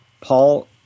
Paul